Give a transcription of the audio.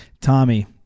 Tommy